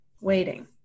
waiting